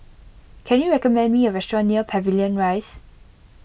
can you recommend me a restaurant near Pavilion Rise